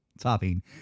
topping